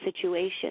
situation